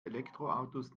elektroautos